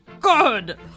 Good